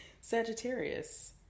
Sagittarius